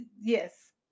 Yes